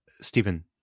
Stephen